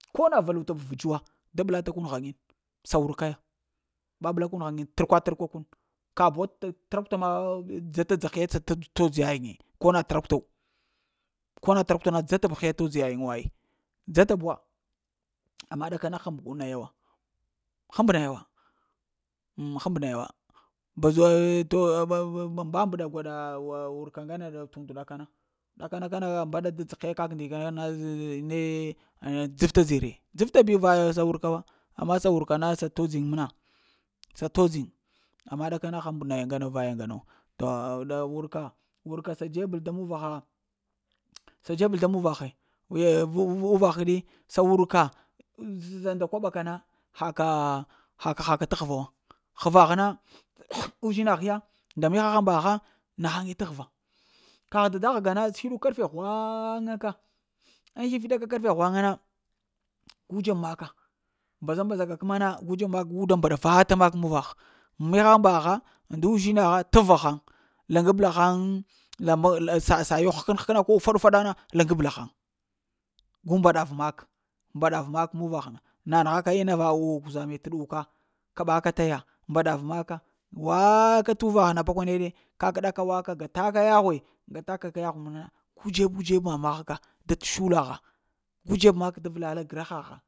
Ko na valuta vədz wa da ɓla ta kun ghaŋini, sa wurka ya ɓaɓla kun ghaŋini, sa wurka ya ɓaɓla kun ghaŋini, turkwa-turkwa kun, kabuwa trakwta ma dzata dza hiya sa todz yayiŋ ye, ko na trakuto? Ko na trakuta na dzat ba hiya todz yayiŋa ai dzata buwa, amma ɗakana həmba naya wa, həmba naya wa m həmba naya wa, badzo ma-ma mbadəɗa gwaɗa wurka ŋgane t'und ŋgane ɗakana ɗa kana kana mbaɗ da dzə hiya kak ndi kana ah neh dzaf ta dze re dzaf ta bi sa va wurka wa amma sa wurka na sa t'dzəyin məna, sa todz yiŋ, amma ɗaka na həmb bayiŋ vaya ŋgana va ya wo, to a wurka, wurka sa dzebəl da muvahaha, sa dzebəl da muvahe, eh-muvagh kəɗi sa wurka? Sa nda kwaɓa kana, haka, haka t'ghva wa ghvagh na uzhinah ya nda mihaŋ baha na haŋe t'ghva, kagh dada həga na t'sluɗuk karge ghwaŋa ka ŋ slaf slaɗaka karfe ghwaŋa na ga dzeb maka, mbaza-mbaza ka kəma na gu dzeb mak gu da mbaɗa vata mak muvagh mihag mbaha ndu uzhinaha t'ghva haŋ laŋab la haŋ sa sa ew ko həkəna ko ufaɗa na laŋgabla haŋ gu mbaɗav mak, mbaɗav mak muvagh na naəgh ka ina va kuzame t'ɗuka, kaɓa ka taya mbaɗav maka, waka t'uvagh na pakwaneɗe kakaɗa ka wata gataka yaghwe, gataka yaghwe məna, gu dzebu dzebagh maka da t'shula ha, gu dzeb mak da vla a gra hagha